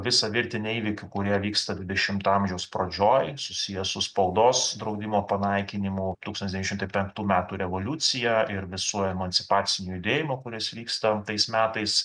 visą virtinę įvykių kurie vyksta dvidešimto amžiaus pradžioj susiję su spaudos draudimo panaikinimu tūkstantis devyni šimtai penktų metų revoliucija ir visu emancipaciniu judėjimu kuris vyksta tais metais